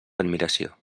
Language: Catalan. admiració